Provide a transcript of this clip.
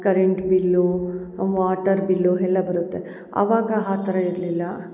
current bill water bill ಎಲ್ಲ ಬರುತ್ತೆ ಅವಾಗ ಆ ಥರ ಇರಲಿಲ್ಲ